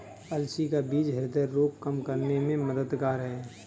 अलसी का बीज ह्रदय रोग कम करने में मददगार है